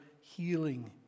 healing